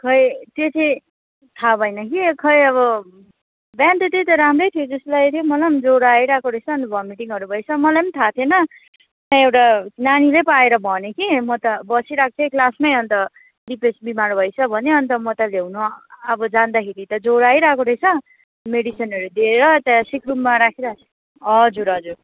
खै त्यो चाहिँ थाहा भएन कि खै अब बिहान त त्यही त राम्रै थियो जस्तो लागेको थियो मलाई पनि ज्वरो आइरहेको रहेछ अन्त भमिटिङहरू भएछ मलाई थाहा थिएन एउटा नानीले पो आएर भन्यो कि म त बसिरहेको थिएँ क्लासमै अन्त दिपेस बिमार भएछ भन्यो अन्त म त लिनु अब जाँदाखेरि त ज्वरो आइरहेको रहेछ मेडिसिनहरू दिएर त्यहाँ सिक रुममा राखिरहेको छु हजुर हजुर